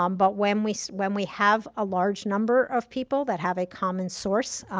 um but when we when we have a large number of people that have a common source,